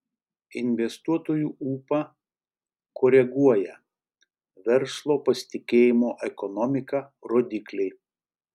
investuotojų ūpą koreguoja verslo pasitikėjimo ekonomika rodikliai